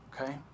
Okay